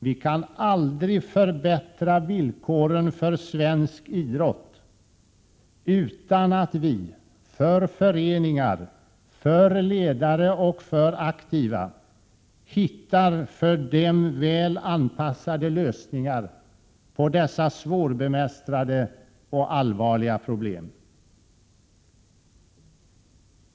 Vi kan aldrig förbättra villkoren för svensk idrott utan att vi för föreningar, ledare och aktiva hittar för dem väl anpassade lösningar på dessa svårbemästrade och allvarliga problem.